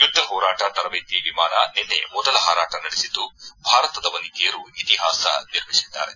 ಯುದ್ದ ಹೋರಾಟ ತರಬೇತಿ ವಿಮಾನ ನಿನ್ನೆ ಮೊದಲ ಹಾರಾಟ ನಡೆಸಿದ್ದು ಭಾರತದ ವನಿತೆಯರು ಇತಿಹಾಸ ನಿರ್ಮಿಸಿದ್ದಾರೆ